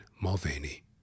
Mulvaney